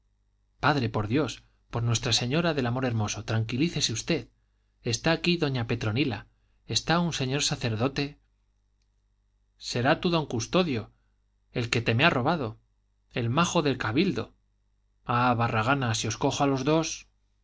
padre por dios por nuestra señora del amor hermoso tranquilícese usted está aquí doña petronila está un señor sacerdote será tu don custodio el que te me ha robado el majo del cabildo ah barragana si os cojo a los dos